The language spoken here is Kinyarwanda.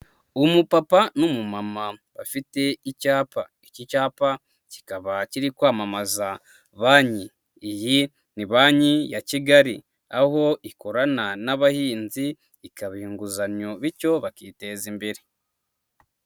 Umupapa n'umumama bafite icyapa, iki cyapa kikaba kiri kwamamaza banki, iyi ni Banki ya Kigali, aho ikorana n'abahinzi ikabaha inguzanyo bityo bakiteza imbere.